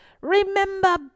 Remember